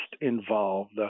involved